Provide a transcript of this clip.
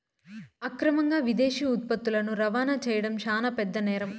అక్రమంగా విదేశీ ఉత్పత్తులని రవాణా చేయడం శాన పెద్ద నేరం